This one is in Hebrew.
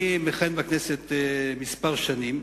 אני מכהן בכנסת כבר כמה שנים,